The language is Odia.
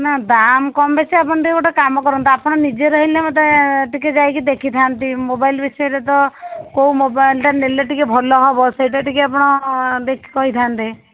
ନା ଦାମ୍ କମ୍ ବେଶୀ ଆପଣ ଟିକିଏ ଗୋଟେ କାମ କରନ୍ତୁ ଆପଣ ନିଜେ ରହିଲେ ମୋତେ ଟିକିଏ ଯାଇକି ଦେଖିଥାନ୍ତି ମୋବାଇଲ୍ ବିଷୟରେ ତ କେଉଁ ମୋବାଇଲଟା ନେଲେ ଟିକିଏ ଭଲ ହେବ ସେଇଟା ଟିକିଏ ଆପଣ ଦେଖି କହିଥାନ୍ତେ